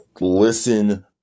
Listen